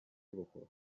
بخور